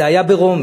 זה היה רומי.